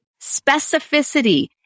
specificity